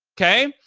okay?